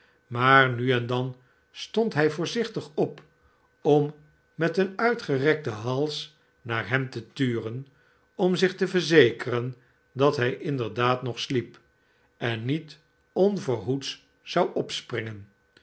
maar nu en dan stond hij voorzichtig op om met eenuitgerekten hals naar hem te turen om zich te verzekeren dat hij inderdaad nog sliep en niet onverhoeds zou opspringen